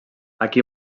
aquí